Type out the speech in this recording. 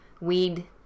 weed